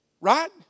Right